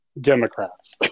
Democrats